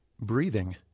Breathing